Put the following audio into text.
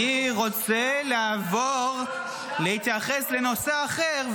אני רוצה לעבור להתייחס לנושא אחר,